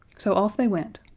so off they went.